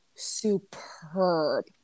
superb